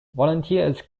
volunteers